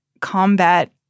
combat